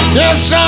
yes